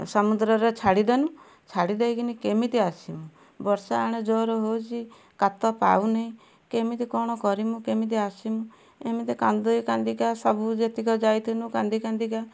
ସମୁଦ୍ରରେ ଛାଡ଼ିଦେନୁ ଛାଡ଼ି ଦେଇକିନି କେମିତି ଆସିମୁ ବର୍ଷା ଏଣେ ଜୋର ହଉଛି କାତ ପାଉନି କେମିତି କ'ଣ କରିମୁ କେମିତି ଆସିମୁ ଏମିତି କାନ୍ଦି କାନ୍ଦିକା ସବୁ ଯେତିକ ଯାଇଥିନୁ କାନ୍ଦି କାନ୍ଦିକା